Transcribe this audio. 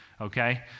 okay